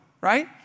right